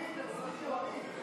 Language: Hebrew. שר נוסף במשרד),